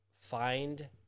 find